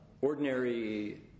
ordinary